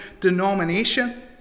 denomination